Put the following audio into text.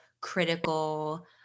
critical